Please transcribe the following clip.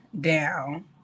down